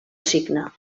signa